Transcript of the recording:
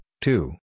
two